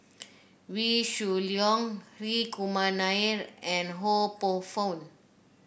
Wee Shoo Leong Hri Kumar Nair and Ho Poh Fun